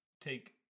take